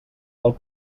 del